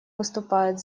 выступает